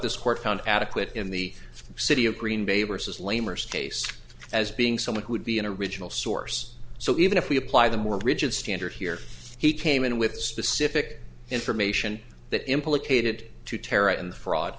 this court found adequate in the city of green bay versus lamers case as being someone who would be an original source so even if we apply the more rigid standard here he came in with specific information that implicated